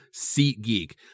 SeatGeek